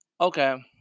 okay